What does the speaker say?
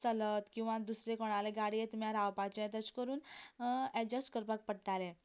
चलत किंवां दुसरें कोणाली गाडी येता म्हळ्यार रावपाचे तशें करून एड्जस्ट करपाक पडटालें